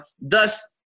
thus